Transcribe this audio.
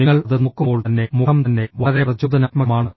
നിങ്ങൾ അത് നോക്കുമ്പോൾ തന്നെ മുഖം തന്നെ വളരെ പ്രചോദനാത്മകമാണ്